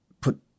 put